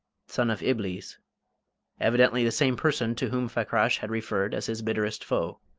son of iblees evidently the same person to whom fakrash had referred as his bitterest foe.